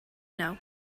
know